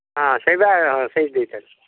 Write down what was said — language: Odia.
ହଁ ସେଇଟା ସେ ଦୁଇଟା ଯାକ